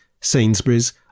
Sainsbury's